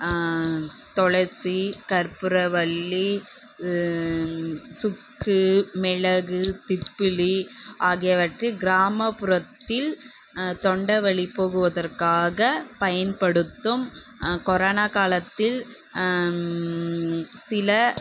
துளசி கற்பூரவள்ளி சுக்கு மிளகு திப்பிலி ஆகியவற்றில் கிராமப்புறத்தில் தொண்டைவலி போகுவதற்காக பயன்படுத்தும் கொரோனா காலத்தில் சில